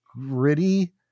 gritty